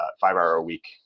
five-hour-a-week